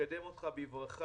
מקדם אותך בברכה.